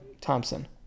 Thompson